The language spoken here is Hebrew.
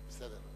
בסדר.